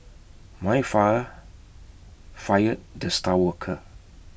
my fire fired the star worker